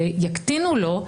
שיקטינו לו,